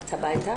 והלכת הביתה?